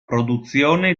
produzione